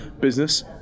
business